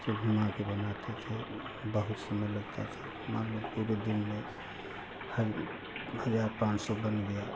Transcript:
उसको घुमा के बनाते थे बहुत समय लगता था मान लो पूरे दिन में हज़ार पाँच सौ बन गया